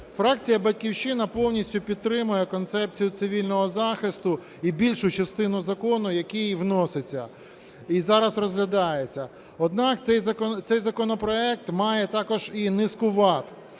Фракція "Батьківщина" повністю підтримує концепцію цивільного захисту і більшу частину закону, який вноситься і зараз розглядається. Однак цей законопроект має також і низку вад.